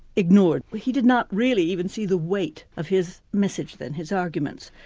ignored. he did not really even see the weight of his message then, his arguments.